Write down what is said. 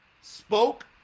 spoke